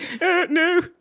No